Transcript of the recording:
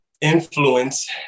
influence